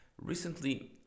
Recently